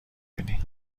بینی